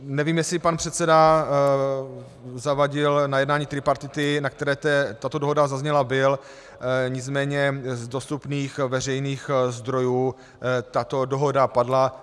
Nevím, jestli pan předseda Zavadil na jednání tripartity, na které tato dohoda zazněla, byl, nicméně z dostupných veřejných zdrojů tato dohoda padla.